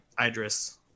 Idris